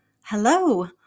Hello